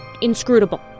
inscrutable